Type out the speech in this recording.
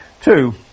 Two